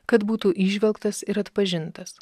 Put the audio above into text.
kad būtų įžvelgtas ir atpažintas